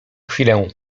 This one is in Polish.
chwilę